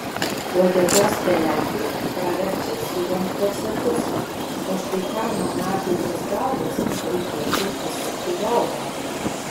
uodegos pelekai praverčia siuvant korsetus o štai kam monarchui tos galvos reikėtų pasukti galvą